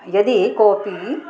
यदि कोपि